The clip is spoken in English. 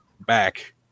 back